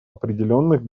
определенных